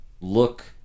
look